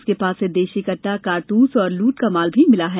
उसके पास से देशी कट्टा कारतूस और लूट का माल भी मिला है